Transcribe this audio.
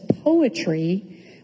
poetry